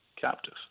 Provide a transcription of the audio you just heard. captive